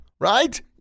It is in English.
right